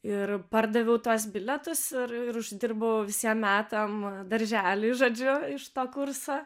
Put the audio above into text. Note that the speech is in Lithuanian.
ir pardaviau tuos bilietus ir užsidirbau visiem metam darželiui žodžiu iš to kurso